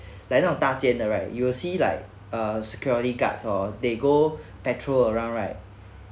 like 那种大间的 right you will see like uh security guards oh they go petrol around right